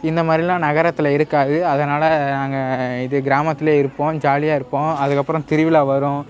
இந்த மாதிரிலாம் நகரத்தில் இருக்காது அதனால நாங்கள் இது கிராமத்திலே இருப்போம் ஜாலியாக இருப்போம் அதுக்கப்பறம் திருவிழா வரும்